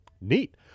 Neat